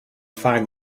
find